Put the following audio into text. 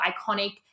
iconic